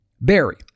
Barry